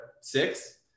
six